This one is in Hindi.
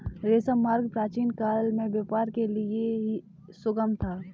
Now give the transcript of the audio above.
रेशम मार्ग प्राचीनकाल में व्यापार के लिए सुगम था